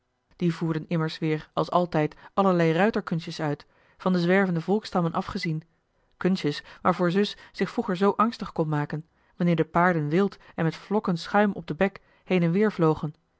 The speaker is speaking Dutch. die voerden immers weer als altijd allerlei ruiter kunstjes uit van de zwervende volksstammen afgezien kunstjes waarvoor zus zich vroeger zoo angstig kon maken wanneer de paarden wild en met vlokkend schuim op den bek heen en weer vlogen